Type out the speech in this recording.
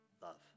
love